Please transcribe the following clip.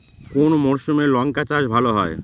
কোন মরশুমে লঙ্কা চাষ ভালো হয়?